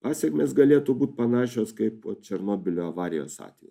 pasekmės galėtų būt panašios kaip po černobylio avarijos atveju